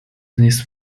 this